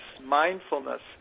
mindfulness